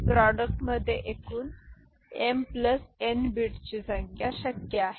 प्रॉडक्टमध्ये एकूण M plus N बिट्सची संख्या शक्य आहे